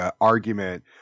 argument